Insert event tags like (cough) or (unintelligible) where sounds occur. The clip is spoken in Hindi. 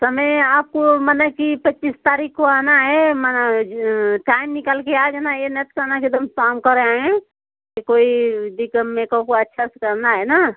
समय आपको मना कि पच्चीस तारीख को आना है मना टाइम निकाल कर आ जाना यह न (unintelligible) कि एकदम शाम कर आएँ कि कोई दी का मेकअप को अच्छा से करना है न